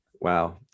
wow